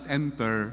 enter